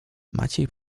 maciej